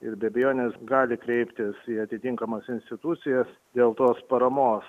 ir be abejonės gali kreiptis į atitinkamas institucijas dėl tos paramos